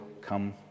come